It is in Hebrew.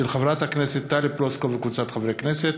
של חברת הכנסת טלי פלוסקוב וקבוצת חברי הכנסת,